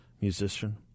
musician